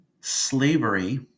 slavery